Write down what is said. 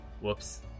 Whoops